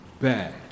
bad